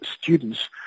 students